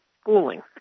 schooling